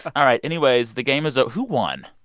all right. anyways, the game is oh who won?